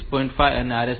5 RST 5